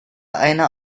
einer